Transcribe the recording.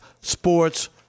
Sports